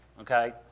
okay